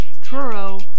Truro